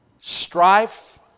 Strife